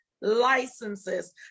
licenses